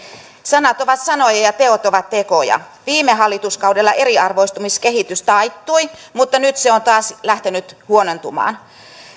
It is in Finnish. sanat ovat sanoja ja ja teot ovat tekoja viime hallituskaudella eriarvoistumiskehitys taittui mutta nyt se on taas lähtenyt huonontumaan